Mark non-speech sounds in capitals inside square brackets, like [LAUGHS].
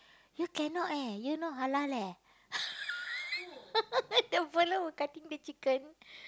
here cannot eh here you not halal leh [LAUGHS]